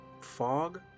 fog